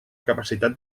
capacitat